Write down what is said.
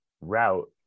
route